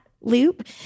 loop